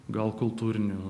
gal kultūrinių